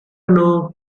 know